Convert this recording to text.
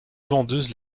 vendeuses